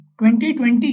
2020